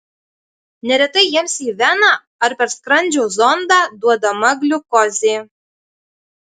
neretai jiems į veną ar per skrandžio zondą duodama gliukozė